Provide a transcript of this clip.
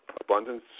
abundance